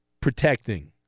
protecting